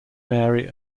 mary